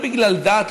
לא בגלל דת,